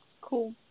Cool